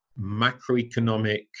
macroeconomic